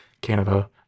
Canada